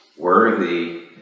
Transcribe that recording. Worthy